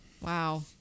Wow